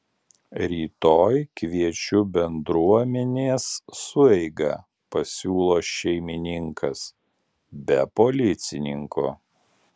rytoj kviečiu bendruomenės sueigą pasiūlo šeimininkas be policininko